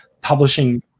publishing